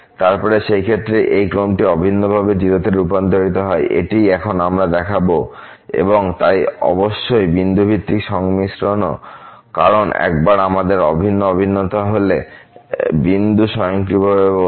তারপরে সেই ক্ষেত্রে এই ক্রমটি অভিন্নভাবে 0 তে রূপান্তরিত হয় এটিই এখন আমরা দেখাব এবং তাই অবশ্যই বিন্দুভিত্তিক সংমিশ্রণও কারণ একবার আমাদের অভিন্ন অভিন্নতা হলে বিন্দু স্বয়ংক্রিয়ভাবে বোঝায়